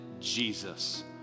Jesus